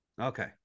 Okay